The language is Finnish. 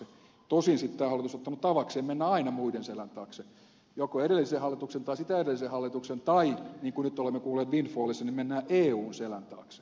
tosin sitten tämä hallitus on ottanut tavakseen mennä aina muiden selän taakse joko edellisen hallituksen tai sitä edellisen hallituksen tai niin kuin nyt olemme kuulleet windfallissa mennään eun selän taakse